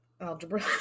algebra